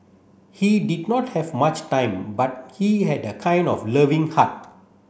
he did not have much time but he had a kind of loving heart